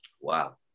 Wow